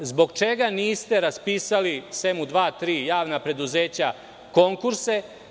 Zbog čega niste raspisali, sem u dva, tri javna preduzeća konkurse?